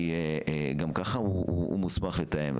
כי גם ככה הוא מוסמך לתאם.